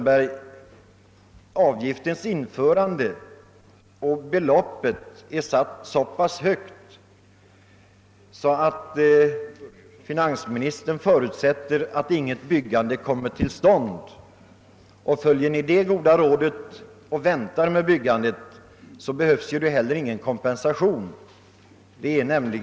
Beloppet är emellertid satt så högt att finansministern förutsätter att inget byggande kommer till stånd. Följer man det goda rådet och väntar med att bygga, behövs det heller ingen kompensation.